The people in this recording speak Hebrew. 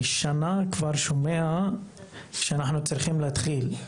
אני כבר שנה שומע שאנחנו צריכים להתחיל.